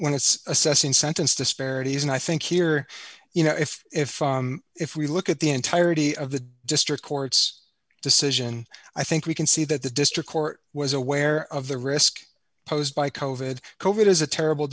when it's assessing sentence disparities and i think here you know if if if we look at the entirety of the district court's decision i think we can see that the district court was aware of the risk posed by coded covert is a terrible